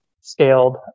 scaled